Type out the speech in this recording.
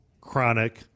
chronic